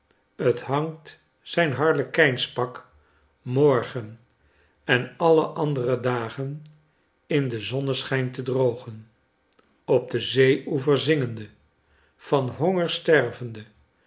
ontaarding thangt zijn harlekijns pak morgen en alle andere dagen in den zonneschijn te drogen op den zeeoever zingende van honger stervende